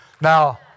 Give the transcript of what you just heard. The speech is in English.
Now